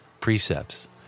precepts